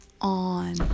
on